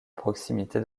proximité